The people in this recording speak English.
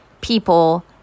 people